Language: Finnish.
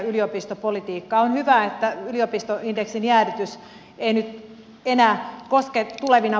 on hyvä että yliopistoindeksin jäädytys ei nyt enää koske tulevia vuosia